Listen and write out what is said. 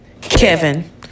Kevin